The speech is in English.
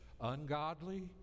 ungodly